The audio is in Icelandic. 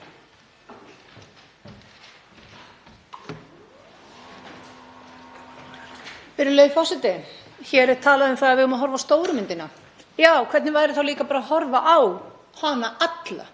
Virðulegi forseti. Hér er talað um að við eigum að horfa á stóru myndina. Já, hvernig væri þá líka bara að horfa á hana alla?